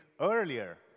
earlier